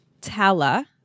Tala